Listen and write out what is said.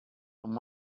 and